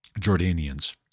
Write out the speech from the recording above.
Jordanians